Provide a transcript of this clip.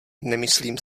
nemyslím